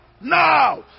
now